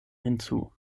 hinzu